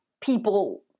people